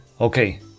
Okay